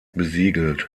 besiegelt